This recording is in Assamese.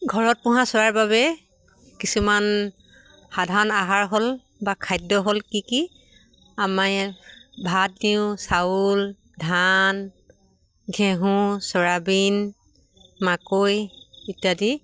ঘৰত পোহা চৰাইৰ বাবে কিছুমান সাধাৰণ আহাৰ হ'ল বা খাদ্য হ'ল কি কি আমাৰ ভাত দিওঁ চাউল ধান ঘেঁহু চয়াবিন মাকৈ ইত্যাদি